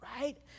right